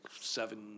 seven